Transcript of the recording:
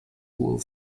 would